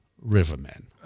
Rivermen